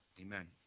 Amen